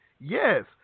Yes